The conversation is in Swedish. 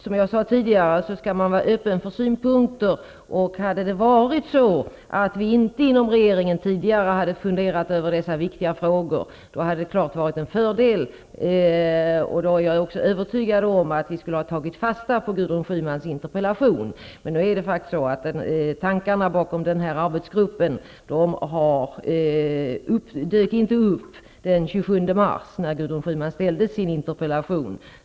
Som jag sade i mitt förra inlägg skall man vara öppen för synpunkter. Och hade det varit så att vi inte inom regeringen tidigare hade funderat över dessa viktiga frågor, så hade det varit en klar fördel att ha den inställningen, och jag är övertygad om att vi då skulle ha tagit fasta på Gudrun Schymans interpellation. Men tankarna bakom den här arbetsgruppen dök faktiskt inte upp den 27 mars, när Gudrun Schyman framställde sin interpellation.